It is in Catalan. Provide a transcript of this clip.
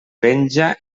penja